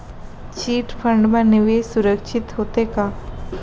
Chit fund मा निवेश सुरक्षित होथे का?